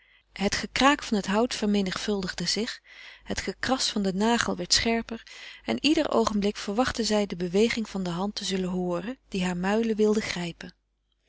het gekraak van het hout vermenigvuldigde zich het gekras van den nagel werd scherper en ieder oogenblik verwachtte zij de beweging der hand te zullen hooren die hare muilen wilde grijpen